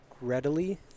readily